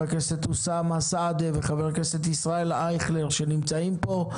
הכנסת אוסאמה סעדי וחבר הכנסת ישראל אייכלר שנמצאים פה,